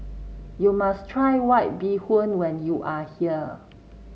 you must try White Bee Hoon when you are here